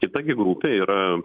kita gi grupė yra